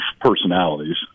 personalities